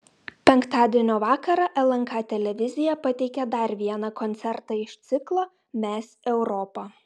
penktadienio vakarą lnk televizija pateikė dar vieną koncertą iš ciklo mes europa